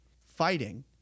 fighting